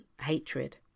hatred